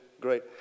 Great